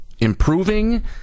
improving